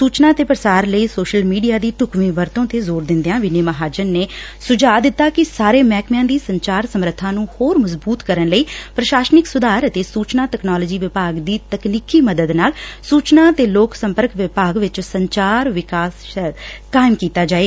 ਸੁਚਨਾ ਦੇ ਪੁਸਾਰ ਲਈ ਸ੍ਰੋਸ਼ਲ ਮੀਡੀਆ ਦੀ ਚੁਕਵੀ ਵਰਤੋਂ ਤੇ ਜ਼ੋਰ ਦਿਦਿਆਂ ਵਿਨੀ ਮਹਾਜਨ ਨੇ ਸੁਝਾਅ ਦਿੱਤਾ ਕਿ ਸਾਰੇ ਮਹਿਕਮਿਆਂ ਦੀ ਸੰਚਾਰ ਸਮਰੱਬਾ ਨੂੰ ਹੋਰ ਮਜ਼ਬੂਤ ਕਰਨ ਲਈ ਪ੍ਰਸ਼ਾਸਨਿਕ ਸੁਧਾਰ ਅਤੇ ਸੂਚਨਾ ਤਕਨਾਲੋਜੀ ਵਿਭਾਗ ਦੀ ਤਕਨੀਕੀ ਮਦਦ ਨਾਲ ਸੂਚਨਾ ਤੇ ਲੋਕ ਸੰਪਰਕ ਵਿਭਾਗ ਵਿਚ ਸੰਚਾਰ ਵਿਕਾਸ ਸੈੱਲ ਕਾਇਮ ਕੀਤਾ ਜਾਏ